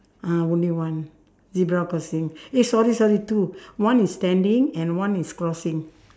ah only one zebra crossing eh sorry sorry two one is standing and one is crossing